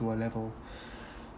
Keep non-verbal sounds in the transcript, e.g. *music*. to a level *breath*